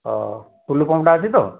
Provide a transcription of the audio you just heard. ହଁ ଟୁଲୁ ପମ୍ପ୍ଟା ଅଛି ତ